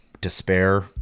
despair